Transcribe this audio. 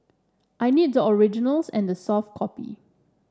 I need the originals and the soft copy